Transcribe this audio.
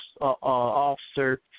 Officer